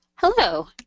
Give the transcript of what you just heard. Hello